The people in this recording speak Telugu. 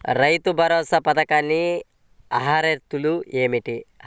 రైతు భరోసా పథకానికి అర్హతలు ఏమిటీ?